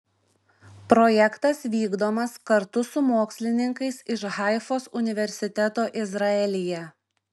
projektas vykdomas kartu su mokslininkais iš haifos universiteto izraelyje